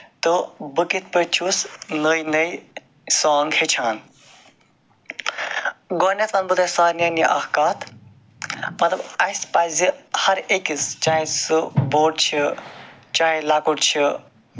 تہٕ بہٕ کِتھ پٲٹھۍ چھُس نٔے نٔے سانگ ہٮ۪چھان گۄڈٕنٮ۪تھ وَنہٕ بہٕ تۄہہِ سارنٮ۪ن یہِ اکھ کَتھ پَتہٕ اَسہِ پَزِ ہَر أکِس چاہے سُہ بوٚڑ چھُ چاہے لۄکُٹ چُھ